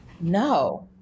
no